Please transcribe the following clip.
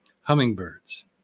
hummingbirds